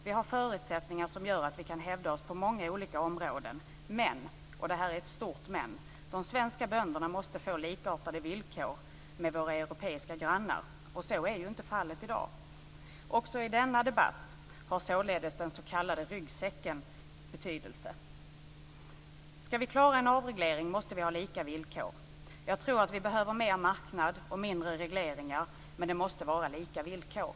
Vi har förutsättningar som gör att vi kan hävda oss på många olika områden, men - och det är ett stort men - de svenska bönderna måste få likartade villkor med våra europeiska grannar. Så är inte fallet i dag. Också i denna debatt har således den s.k. ryggsäcken betydelse. Ska vi klara en avreglering måste vi ha lika villkor. Jag tror att vi behöver mer marknad och mindre regleringar, men det måste vara lika villkor.